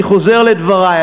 אני חוזר לדברי.